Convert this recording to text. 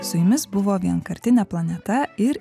su jumis buvo vienkartinė planeta ir